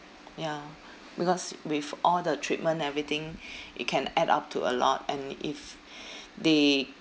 ya because with all the treatment everything it can add up to a lot and if they